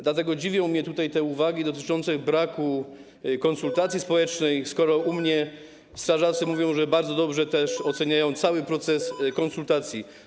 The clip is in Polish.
Dlatego dziwią mnie tutaj uwagi dotyczące braku konsultacji społecznych, skoro u mnie strażacy mówią, że bardzo dobrze oceniają cały proces konsultacji.